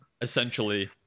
essentially